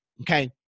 Okay